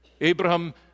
Abraham